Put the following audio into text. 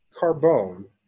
carbone